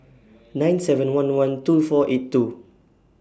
nine seven one one two four eight two